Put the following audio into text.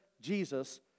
Jesus